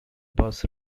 bus